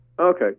Okay